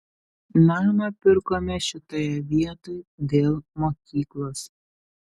namą pirkome šitoje vietoj dėl mokyklos